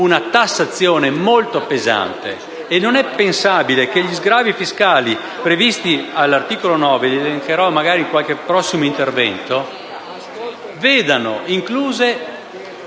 una tassazione molto pesante e non è quindi pensabile che gli sgravi fiscali previsti all'articolo 9 (che magari elencherò in qualche prossimo intervento) vedano incluse